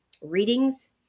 readings